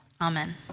Amen